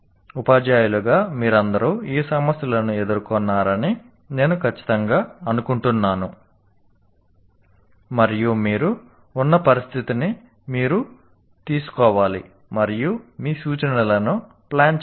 ఉపాధ్యాయులుగా మీరందరూ ఈ సమస్యలను ఎదుర్కొన్నారని నేను ఖచ్చితంగా అనుకుంటున్నాను మరియు మీరు ఉన్న పరిస్థితిని మీరు తీసుకోవాలి మరియు మీ సూచనలను ప్లాన్ చేయండి